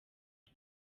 nzu